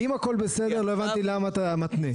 אם הכל בסדר, לא הבנתי למה אתה מתנה.